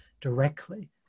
directly